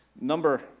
Number